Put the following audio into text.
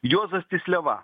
juozas tysliava